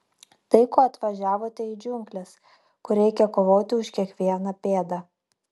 tai ko atvažiavote į džiungles kur reikia kovoti už kiekvieną pėdą